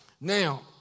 Now